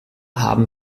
haben